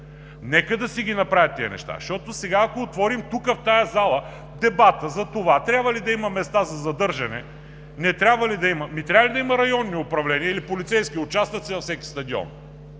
Нека да си ги направят тези неща. Защото, ако отворим тук в тази зала дебата за това трябва ли да има места за задържане, не трябва ли да има, ами трябва ли да има районни управления или полицейски участъци на всеки стадион?